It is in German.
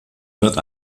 wird